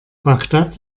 bagdad